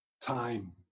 time